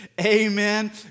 amen